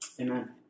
Amen